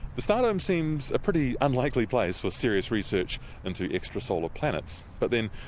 the stardome seems a pretty unlikely place for serious research into extra-solar planets. but then,